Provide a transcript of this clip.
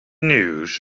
news